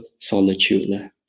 solitude